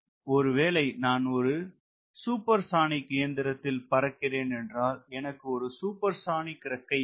ஒருவேளை நான் ஒரு சூப்பர்சானிக் இயந்திரத்தில் பறக்கிறேன் என்றால் எனக்கு ஒரு சூப்பர்சானிக் இறக்கை தேவை